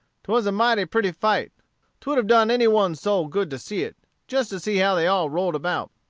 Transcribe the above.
twas a mighty pretty fight twould have done any one's soul good to see it, just to see how they all rolled about.